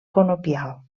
conopial